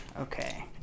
Okay